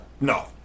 No